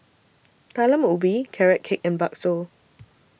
Talam Ubi Carrot Cake and Bakso